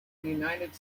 united